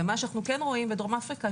מה שאנחנו כן רואים בדרום אפריקה,